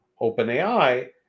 OpenAI